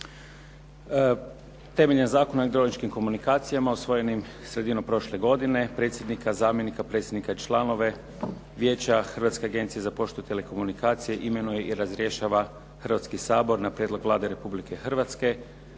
Temeljem Zakona o elektroničkim komunikacijama usvojenim sredinom prošle godine, predsjednika, zamjenika predsjednika i članove Vijeća Hrvatske agencije za poštu i telekomunikacije imenuje i razrješava Hrvatski sabor na prijedlog Vlade Republike Hrvatske,